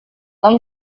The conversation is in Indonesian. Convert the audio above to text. tom